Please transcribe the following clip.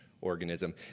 organism